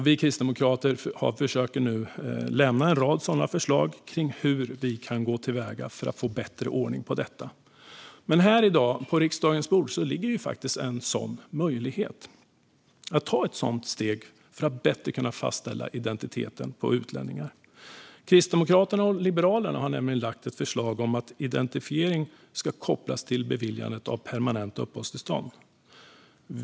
Vi kristdemokrater försöker nu lämna en rad sådana förslag om hur vi kan gå till väga för att få bättre ordning på detta. Här i dag ligger dock på riksdagens bord en möjlighet att ta ett sådant steg för att bättre kunna fastställa utlänningars identitet. Kristdemokraterna och Liberalerna har nämligen lagt fram ett förslag om att identifiering ska kopplas till beviljande av permanent uppehållstillstånd.